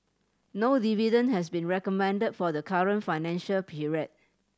no dividend has been recommended for the current financial period